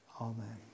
amen